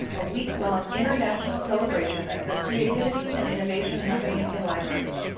a weeklong international celebration of the creativity and innovation happening in libraries.